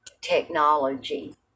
technology